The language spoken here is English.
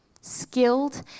Skilled